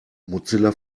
mozilla